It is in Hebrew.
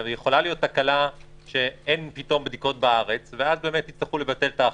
יכולה להיות תקלה פתאום שאין בדיקות בארץ ואז יצטרכו לבטל את ההכרזה.